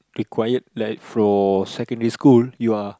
required like for secondary school you are